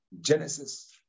Genesis